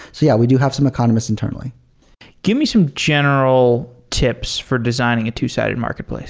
so yeah, we do have some economists internally give me some general tips for designing a two-sided marketplace